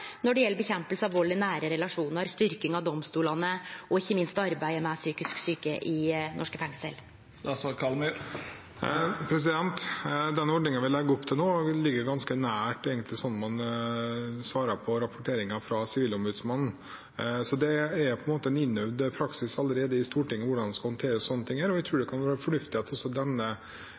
når det gjeld kampen mot vald i nære relasjonar, styrking av domstolane og ikkje minst arbeidet med psykisk sjuke i norske fengsel? Den ordningen vi legger opp til nå, vil ligge ganske nær opp til måten vi svarer på rapporteringer fra Sivilombudsmannen på. Så det er allerede en innøvd praksis i Stortinget for hvordan man skal håndtere slike ting, og jeg tror det kan være fornuftig at denne